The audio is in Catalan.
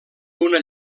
una